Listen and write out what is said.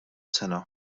sena